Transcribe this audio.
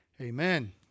amen